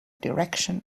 direction